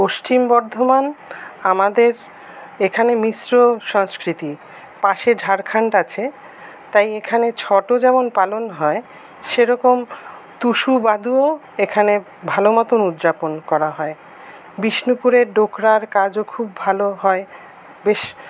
পশ্চিম বর্ধমান আমাদের এখানে মিশ্র সংস্কৃতি পাশে ঝাড়খান্ড আছে তাই এখানে ছটও যেমন পালন হয় সেরকম টুসু ভাদুও এখানে ভালোমতন উদযাপন করা হয় বিষ্ণুপুরের ডোকরার কাজও খুব ভালো হয় বেশ